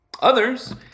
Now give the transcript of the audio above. Others